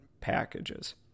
packages